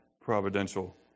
providential